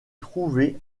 trouver